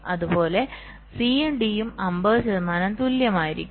അതുപോലെ സിയും ഡിയും 50 ശതമാനം തുല്യമായിരിക്കും